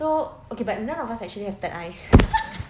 so okay but none of us actually have third eyes